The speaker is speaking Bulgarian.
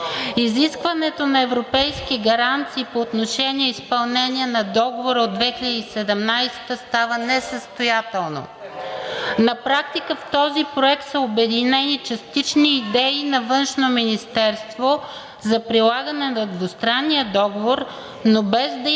Изискването на европейски гаранции по отношение изпълнение на Договора от 2017 г. става несъстоятелно. На практика в този проект са обединени частични идеи на Външно министерство за прилагане на двустранния договор, но без да има